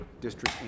district